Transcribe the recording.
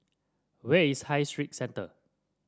where is High Street Centre